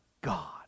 God